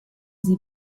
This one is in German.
sie